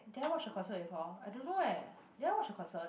did I watch a concert before I don't know eh did I watch a concert